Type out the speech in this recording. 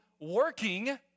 working